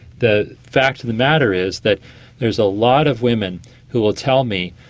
the fact of the matter is that there's a lot of women who will tell me,